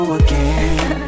again